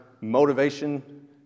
motivation